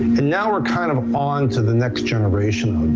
and now we're kind of onto the next generation